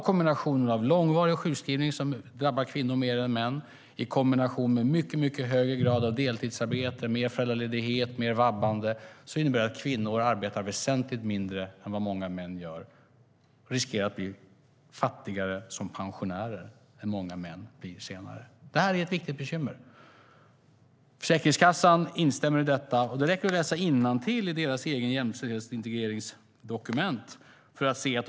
Kombinationen av långvarig sjukskrivning som drabbar kvinnor mer än män och kvinnors mycket högre grad av deltidsarbete, föräldraledighet och vabbande innebär att kvinnor arbetar väsentligt mindre än många män och riskerar att bli fattigare som pensionärer. Det är ett viktigt bekymmer. Försäkringskassan instämmer i detta. Det är alldeles uppenbart, och det räcker att läsa innantill i deras eget dokument om jämställdhetsintegrering för att se det.